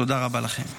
תודה רבה לכם.